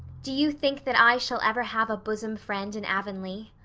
do you think that i shall ever have a bosom friend in avonlea?